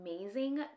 amazing